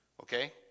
okay